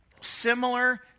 similar